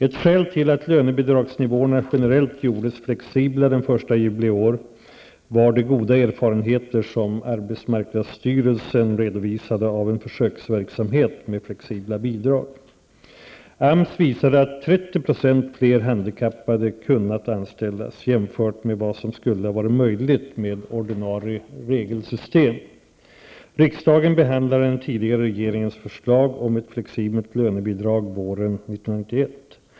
Ett skäl till att lönebidragsnivåerna generellt gjordes flexibla den 1 juli i år var de goda erfarenheter som arbetsmarknadsstyrelsen redovisade av en försöksverksamhet med flexibelt bidrag. AMS visade att 30 % fler handikappade kunnat anställas, jämfört med vad som skulle varit möjligt med ordinarie regelsystem. Riksdagen behandlade den tidigare regeringens förslag om ett flexibelt lönebidrag våren 1991.